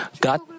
God